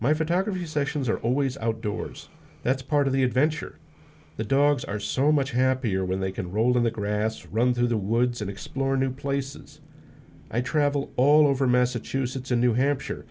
my photography sessions are always outdoors that's part of the adventure the dogs are so much happier when they can roll in the grass run through the woods and explore new places i travel all over massachusetts and new hampshire